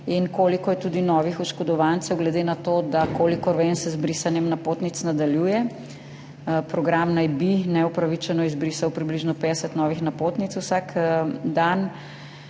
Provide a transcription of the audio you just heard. Koliko je novih oškodovancev, glede na to, da se, kolikor vem, z brisanjem napotnic nadaljuje? Program naj bi neupravičeno izbrisal približno 50 novih napotnic vsak dan,